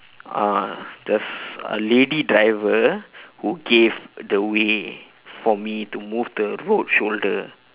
uh just a lady driver who gave the way for me to move to the road shoulder